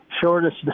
shortest